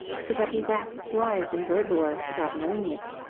so that he waxed wise in bird-lore without knowing it.